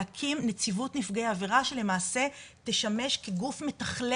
להקים נציבות נפגעי עבירה שלמעשה תשמש כגוף מתחלל